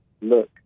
look